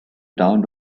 town